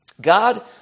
God